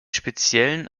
speziellen